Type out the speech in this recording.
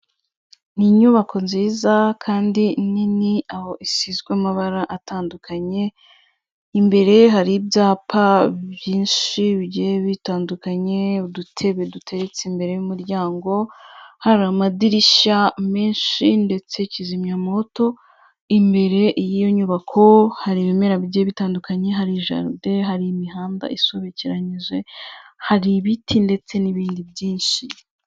N'ininyubako nziza kandi nini aho isizwe amabara atandukanye imbere hari ibyapa byinshi bigiye bitandukanye udutebe duteretse imbere y'umuryango hari amadirishya menshi ndetse kizimyamwotu imbere y'iyo nyubako hari ibimera bigiye bitandukanye hari jaride hari imihanda isobekeranyije hari ibiti ndetse n'ibindi byinshi.